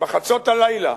בחצות הלילה,